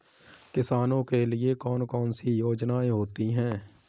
किसानों के लिए कौन कौन सी योजनायें होती हैं?